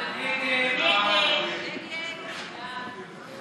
ההסתייגות (13) של קבוצת חבר הכנסת יואל